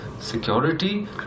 security